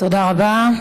תודה רבה.